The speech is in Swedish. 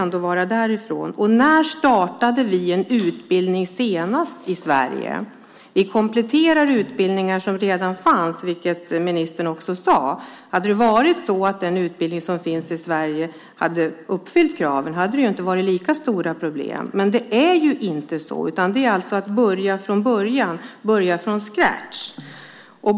När startade vi en utbildning senast i Sverige? Vi har kompletterat utbildningar som redan fanns, vilket ministern också sade. Hade det varit så att den utbildning som finns i Sverige hade uppfyllt kraven, hade det inte varit lika stora problem. Men det är inte så, utan man måste börja från början, börja från scratch.